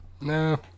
No